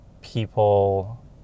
people